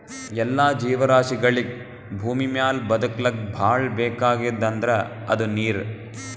ಎಲ್ಲಾ ಜೀವರಾಶಿಗಳಿಗ್ ಭೂಮಿಮ್ಯಾಲ್ ಬದಕ್ಲಕ್ ಭಾಳ್ ಬೇಕಾಗಿದ್ದ್ ಅಂದ್ರ ಅದು ನೀರ್